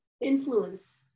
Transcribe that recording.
influence